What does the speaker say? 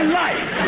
life